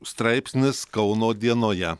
straipsnis kauno dienoje